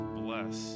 bless